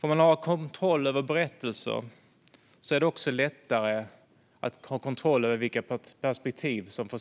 Om man har kontroll över berättelser är det lättare att ha kontroll över vilka perspektiv som får